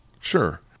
Sure